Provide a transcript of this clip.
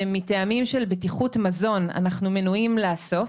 שמטעמים של בטיחות מזון אנחנו מנועים לאסוף,